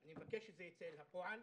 אני מבקש שזה ייצא לפועל.